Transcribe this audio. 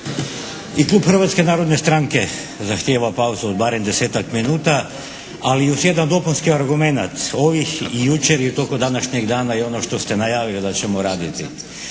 I klub Hrvatske narodne stranke zahtijeva pauzu od barem desetak minuta, ali uz jedan dopunski argumenat. Ovih, i jučer, i u toku današnjeg dana i ono što ste najavili da ćemo raditi.